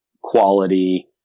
quality